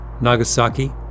Nagasaki